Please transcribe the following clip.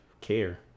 care